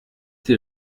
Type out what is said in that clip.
die